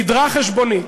סדרה חשבונית.